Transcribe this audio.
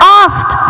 asked